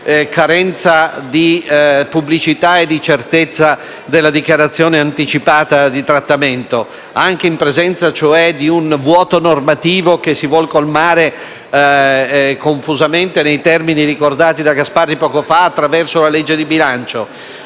carenza di pubblicità e di certezza della dichiarazione anticipata di trattamento, anche in presenza, cioè, di un vuoto normativo che si vuole colmare confusamente, nei termini ricordati da Gasparri poco fa, attraverso la legge di bilancio.